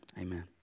amen